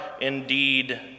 indeed